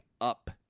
up